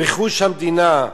רכוש המדינה,